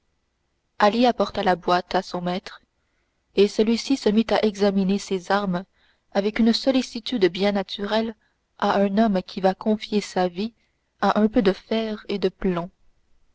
ali apporta la boîte à son maître et celui-ci se mit à examiner ces armes avec une sollicitude bien naturelle à un homme qui va confier sa vie à un peu de fer et de plomb